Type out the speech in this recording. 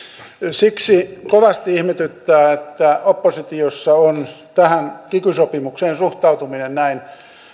siksi kovasti ihmetyttää että oppositiossa on tähän kiky sopimukseen suhtautuminen näin